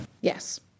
Yes